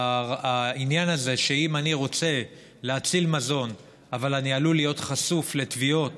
העניין הזה שאם אני רוצה להציל מזון אני עלול להיות חשוף לתביעות